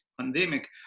pandemic